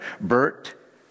Bert